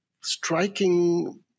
striking